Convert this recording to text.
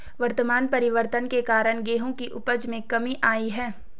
वातावरण परिवर्तन के कारण गेहूं की उपज में कमी आई है